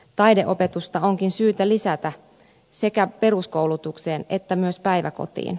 taideopetusta onkin syytä lisätä sekä peruskoulutukseen että myös päiväkotiin